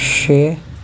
شےٚ